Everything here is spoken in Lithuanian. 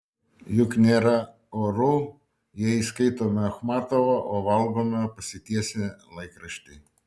juk nėra oru jei skaitome achmatovą o valgome pasitiesę laikraštį